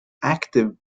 active